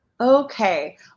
Okay